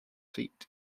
feet